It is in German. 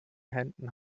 händen